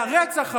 לרצח הבא,